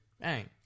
Bang